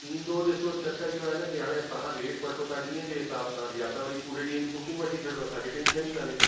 थींदो ॾिसो चकर इहो आहे न की हाणे तव्हां रेट वठो था ॾींहुं जे हिसाब सां या त वरी पूरे ॾींहुं जी बुकिंग वठी छॾियो असांखे टेंशन ई कोन्हे